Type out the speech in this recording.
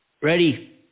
Ready